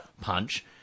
punch